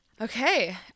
Okay